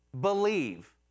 believe